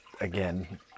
again